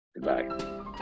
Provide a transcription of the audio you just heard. Goodbye